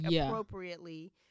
appropriately